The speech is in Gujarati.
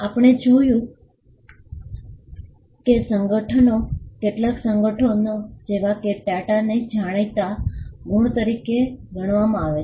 આપણે જોયું છે કે કેટલાક સંગઠનો જેવા કે ટાટાને જાણીતા ગુણ તરીકે ગણવામાં આવે છે